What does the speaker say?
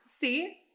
See